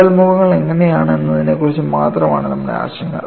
വിള്ളൽ മുഖങ്ങൾ എങ്ങനെയാണെന്നതിനെക്കുറിച്ച് മാത്രമാണ് നമുക്ക് ആശങ്ക